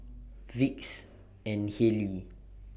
Vicks and Haylee